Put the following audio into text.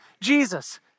Jesus